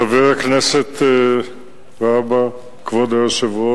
1 2. חבר הכנסת והבה, כבוד היושב-ראש,